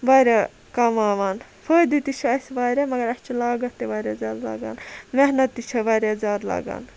واریاہ کَماوان فٲیدٕ تہِ چھُ اَسہِ واریاہ مَگَر اَسہِ چھُ لٲگَتھ تہِ واریاہ زیادٕ لَگان محنَت تہِ چھِ واریاہ زیادٕ لَگان